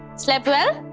slept well?